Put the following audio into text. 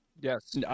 yes